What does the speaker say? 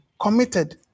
committed